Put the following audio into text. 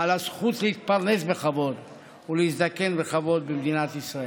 על הזכות להתפרנס בכבוד ולהזדקן בכבוד במדינת ישראל.